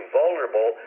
vulnerable